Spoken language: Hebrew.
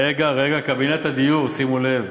כי זה סחריר.